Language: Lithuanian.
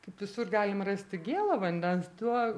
kaip visur galim rasti gėlo vandens tuo